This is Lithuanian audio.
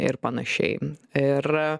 ir panašiai ir